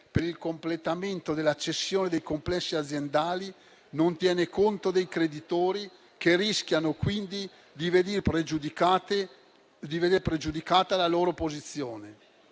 per il completamento della cessione dei complessi aziendali non tiene conto dei creditori che rischiano quindi di veder pregiudicata la loro posizione.